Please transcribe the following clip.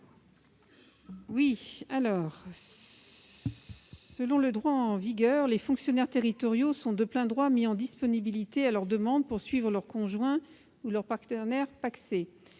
rapporteur. Selon le droit en vigueur, les fonctionnaires territoriaux sont, de plein droit, mis en disponibilité à leur demande pour suivre leur conjoint ou leur partenaire pacsé.